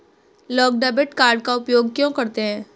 लोग debit card का उपयोग क्यों करते हैं?